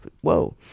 Whoa